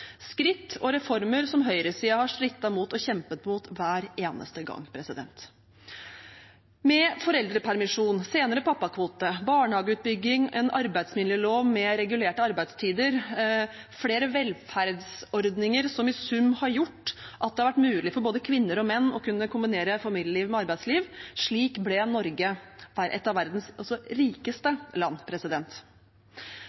skritt og reformer som høyresiden har strittet mot og kjempet mot hver eneste gang. Med foreldrepermisjon, senere pappakvote, barnehageutbygging, en arbeidsmiljølov med regulerte arbeidstider, flere velferdsordninger som i sum har gjort at det har vært mulig for både kvinner og menn å kunne kombinere familieliv med arbeidsliv – slik ble Norge et av verdens også rikeste